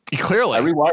Clearly